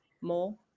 more